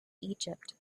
egypt